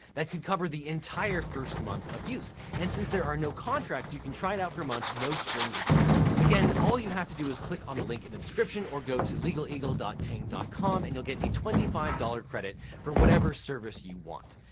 that could cover the entire first month of use. and since there are no contract, you can try it out for a month, no strings attached. again, all you have to do is click on the link in the description or go to legaleagle ting com and you'll get a twenty five dollars credit for whatever service you want.